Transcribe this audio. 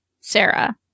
Sarah